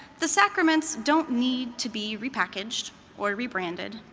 the sacraments don't need to be repackaged or re re-branded.